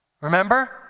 Remember